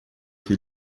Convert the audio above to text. que